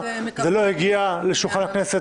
זה לא הגיע לשולחן הכנסת,